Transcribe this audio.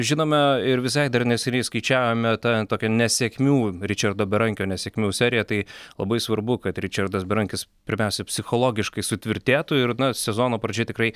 žinome ir visai dar neseniai skaičiavome ta tokia nesėkmių ričardo berankio nesėkmių seriją tai labai svarbu kad ričardas berankis pirmiausia psichologiškai sutvirtėtų ir na sezono pradžia tikrai